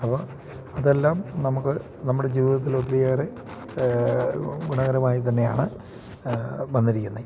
അപ്പോൾ അതെല്ലാം നമുക്ക് നമ്മുടെ ജീവിതത്തിൽ ഒത്തിരിയേറെ ഗുണകരമായി തന്നെയാണ് വന്നിരിക്കുന്നത്